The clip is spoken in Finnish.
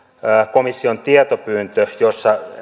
komission tietopyyntö jossa